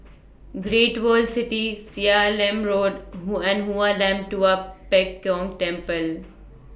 Great World City Seah Im Road Hoon and Hoon Lam Tua Pek Kong Temple